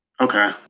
Okay